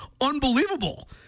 unbelievable